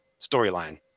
storyline